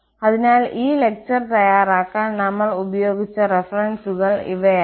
അതിനാൽ ഈ ലെക്ചർ തയ്യാറാക്കാൻ നമ്മൾ ഉപയോഗിച്ച റഫറൻസുകൾ ഇവയാണ്